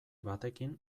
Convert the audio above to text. batekin